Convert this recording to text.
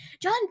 john